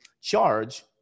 charge